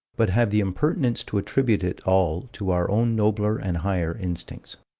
but have the impertinence to attribute it all to our own nobler and higher instincts.